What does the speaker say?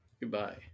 Goodbye